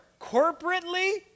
corporately